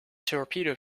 torpedo